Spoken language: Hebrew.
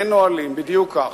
אין נהלים, בדיוק כך.